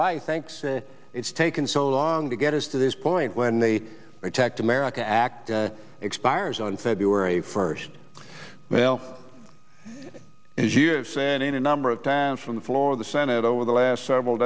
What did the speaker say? i think say it's taken so long to get us to this point when they attacked america act expires on february first well as you said in a number of times from the floor of the senate over the last several